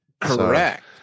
Correct